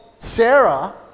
Sarah